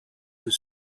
was